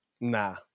Nah